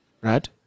Right